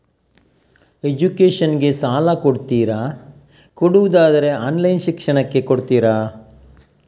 Education ಗೆ ಸಾಲ ಕೊಡ್ತೀರಾ, ಕೊಡುವುದಾದರೆ ಆನ್ಲೈನ್ ಶಿಕ್ಷಣಕ್ಕೆ ಕೊಡ್ತೀರಾ?